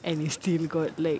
and we still got like